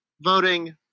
Voting